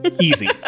Easy